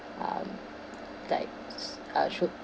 um like uh show